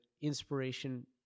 inspiration